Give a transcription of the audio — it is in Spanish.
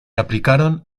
aplicaron